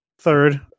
third